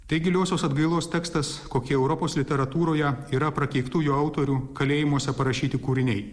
tai giliosios atgailos tekstas kokie europos literatūroje yra prakeiktųjų autorių kalėjimuose parašyti kūriniai